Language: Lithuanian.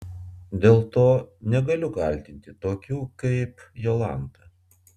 dėl to negaliu kaltinti tokių kaip jolanta